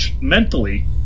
mentally